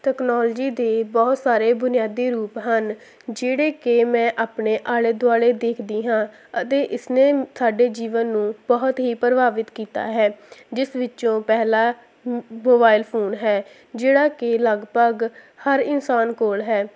technology ਦੇ ਬਹੁਤ ਸਾਰੇ ਬੁਨਿਆਦੀ ਰੂਪ ਹਨ ਜਿਹੜੇ ਕਿ ਮੈਂ ਆਪਣੇ ਆਲੇ ਦੁਆਲੇ ਦੇਖਦੀ ਹਾਂ ਅਤੇ ਇਸਨੇ ਸਾਡੇ ਜੀਵਨ ਨੂੰ ਬਹੁਤ ਹੀ ਪ੍ਰਭਾਵਿਤ ਕੀਤਾ ਹੈ ਜਿਸ ਵਿੱਚੋਂ ਪਹਿਲਾ ਮੋਬਾਇਲ ਫੋਨ ਹੈ ਜਿਹੜਾ ਕਿ ਲਗਭਗ ਹਰ ਇਨਸਾਨ ਕੋਲ ਹੈ